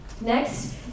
Next